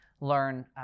learn